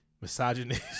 misogynist